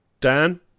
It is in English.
dan